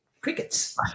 crickets